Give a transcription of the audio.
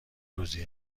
روزی